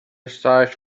search